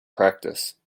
practice